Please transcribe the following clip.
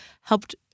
helped